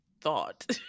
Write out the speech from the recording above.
thought